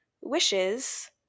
wishes